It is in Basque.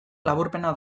laburpena